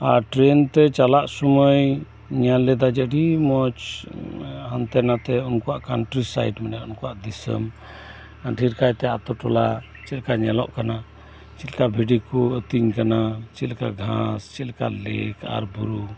ᱟᱨ train ᱛᱮ ᱪᱟᱞᱟᱜ ᱥᱩᱢᱟᱹᱭ ᱧᱮᱞᱮᱫᱟ ᱟᱹᱰᱤ ᱢᱚᱪ ᱦᱟᱱᱛᱮ ᱱᱟᱛᱮ ᱩᱱᱠᱩᱣᱟᱜ ᱠᱟᱱᱴᱨᱤ ᱥᱟᱭᱤᱴ ᱢᱮᱱᱟᱜᱼᱟ ᱩᱱᱠᱩᱣᱟᱜ ᱫᱤᱥᱟᱹᱢ ᱰᱷᱮᱨ ᱠᱟᱭᱛᱮ ᱟᱛᱳ ᱴᱚᱞᱟ ᱪᱮᱫᱞᱮᱠᱟ ᱧᱮᱞᱚᱜ ᱠᱟᱱᱟ ᱪᱮᱫᱞᱮᱠᱟ ᱵᱷᱤᱰᱤᱠᱩ ᱟᱹᱛᱤᱧ ᱠᱟᱱᱟ ᱪᱮᱫᱞᱮᱠᱟ ᱜᱷᱟᱸᱥ ᱪᱮᱫᱞᱮᱠᱟ ᱞᱮᱠ ᱟᱨ ᱵᱩᱨᱩ